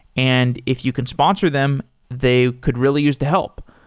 and if you can sponsor them, they could really use the help.